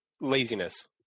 laziness